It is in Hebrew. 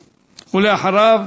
ואחריו,